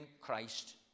Christ